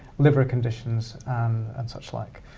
liver conditions and such like.